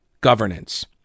governance